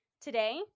Today